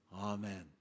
Amen